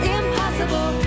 impossible